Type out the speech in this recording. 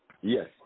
Yes